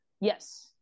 yes